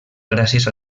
gràcies